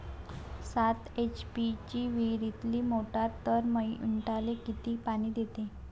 सात एच.पी ची विहिरीतली मोटार दर मिनटाले किती पानी देते?